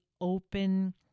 open